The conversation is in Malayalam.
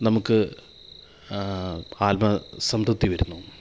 നമുക്ക് ആത്മസംതൃപ്തി വരുന്നു